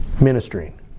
Ministering